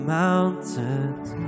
mountains